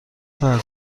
حساس